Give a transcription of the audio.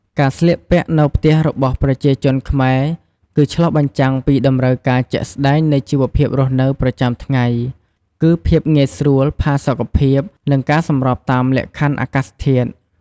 ការស្លៀកពាក់នៅផ្ទះរបស់ប្រជាជនខ្មែរគឺឆ្លុះបញ្ចាំងពីតម្រូវការជាក់ស្តែងនៃជីវភាពរស់នៅប្រចាំថ្ងៃ គឺភាពងាយស្រួល ផាសុកភាព និងការសម្របតាមលក្ខខណ្ឌអាកាសធាតុ។